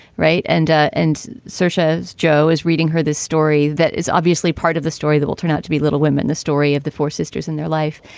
right. and ah and such as joe is reading her this story, that is obviously part of the story that will turn out to be little women, the story of the four sisters in their life.